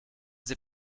they